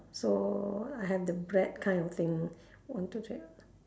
so I have the bread kind of thing one two three